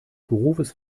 berufes